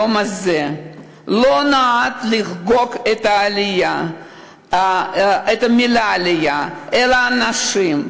היום הזה לא נועד לחגוג את המילה "עלייה" אלא אנשים,